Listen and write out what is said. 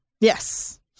Yes